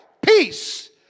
peace